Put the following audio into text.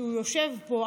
כי הוא יושב פה,